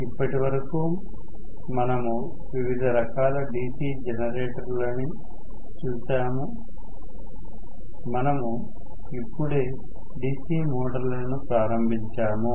ఇప్పటి వరకు మనము వివిధ రకాల DC జనరేటర్లని చూశాము మనము ఇప్పుడే DC మోటారులను ప్రారంభించాము